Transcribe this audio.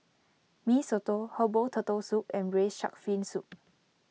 Mee Soto Herbal Turtle Soup and Braised Shark Fin Soup